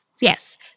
Yes